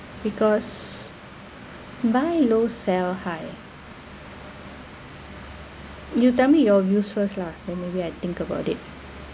because buy low sell high you tell me your news first lah then maybe I think about it